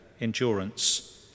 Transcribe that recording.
endurance